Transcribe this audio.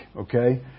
okay